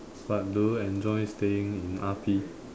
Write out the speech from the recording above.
but do you enjoy staying in R_P